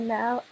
now